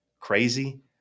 crazy